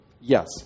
Yes